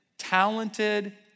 Talented